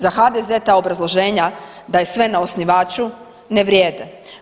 Za HDZ-e ta obrazloženja da je sve na osnivaču ne vrijede.